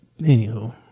Anywho